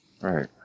Right